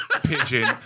pigeon